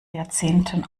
jahrzehnten